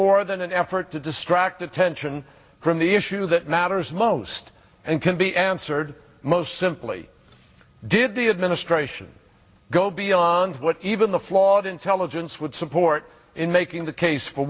more than an effort to distract attention from the issue that matters most and can be answered most simply did the administration go beyond what even the flawed intelligence would support in making the case for